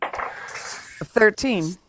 thirteen